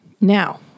Now